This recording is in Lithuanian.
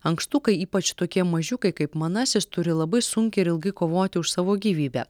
ankstukai ypač tokie mažiukai kaip manasis turi labai sunkiai ir ilgai kovoti už savo gyvybę